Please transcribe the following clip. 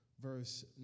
verse